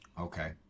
Okay